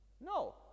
No